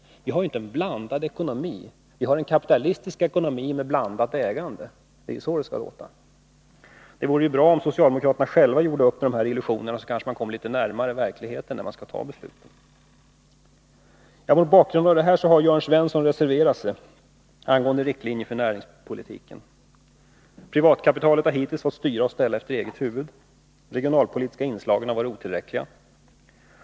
Vi har inte en blandekonomi utan en kapitalistisk ekonomi med ett blandat ägande. Så skall det låta. Det vore bra om socialdemokraterna själva gjorde upp med dessa illusioner. Då kunde de kanske komma litet närmare verkligheten, när de skall fatta beslut. Mot denna bakgrund har Jörn Svensson reserverat sig angående Riktlinjer för näringspolitiken. Privatkapitalet har hittills fått styra och ställa efter eget huvud. De regionalpolitiska inslagen har varit otillräckliga.